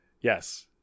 Yes